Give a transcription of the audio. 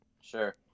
sure